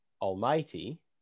almighty